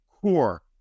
core